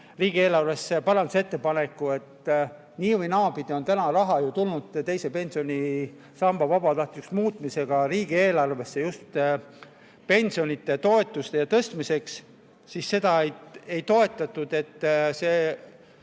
riigieelarvesse parandusettepaneku – nii‑ või naapidi on raha tulnud teise pensionisamba vabatahtlikuks muutmisega riigieelarvesse just pensionide ja toetuste tõstmiseks –, siis seda ei toetatud, et see